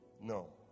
No